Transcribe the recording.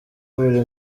buri